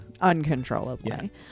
uncontrollably